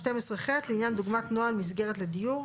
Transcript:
(דוגמת נוהל מסגרת לדיור).